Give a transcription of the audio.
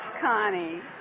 Connie